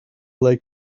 like